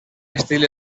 estil